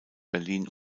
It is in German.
berlin